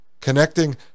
connecting